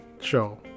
show